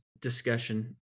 discussion